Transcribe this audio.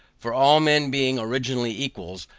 for all men being originally equals,